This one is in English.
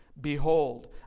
Behold